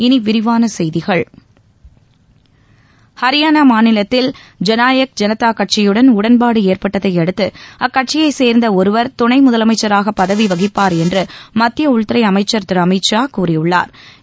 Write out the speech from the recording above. இனி விரிவான செய்திகள் ஹரியானா மாநிலத்தில் ஜநாயக் ஜனதா கட்சியுடன் உடன்பாடு ஏற்பட்டதையடுத்து அக்கட்சியைச் சேர்ந்த ஒருவர் துணை முதலமைச்சராக பதவி வகிப்பார் என்று மத்திய உள்துறை அமைச்சர் திரு அமித் ஷா கூறியுள்ளாள்